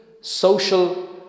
social